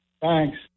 Thanks